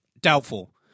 Doubtful